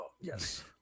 yes